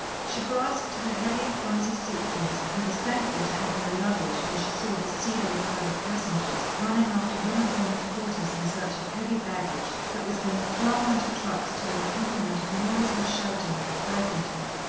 she grasped her heavy, clumsy suit-case and was thankful to have no luggage, when she saw the seething crowd of passengers, running after uniformed porters in search of heavy baggage that was being flung on to trucks to an accompaniment of noise and shouting that frightened her.